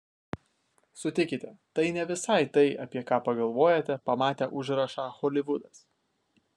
sutikite tai ne visai tai apie ką pagalvojate pamatę užrašą holivudas